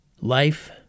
Life